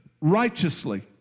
righteously